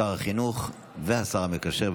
שר החינוך והשר המקשר,